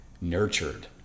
nurtured